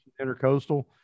intercoastal